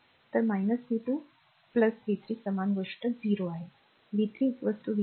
तर v 2 v 3 समान गोष्ट 0 आहे v 3 v 2